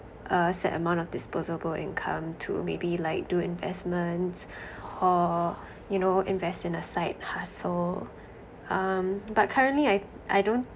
a set amount of disposable income to maybe like do investments or you know invest in a side hustle um but currently I I don't